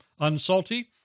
unsalty